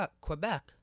Quebec